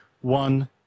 One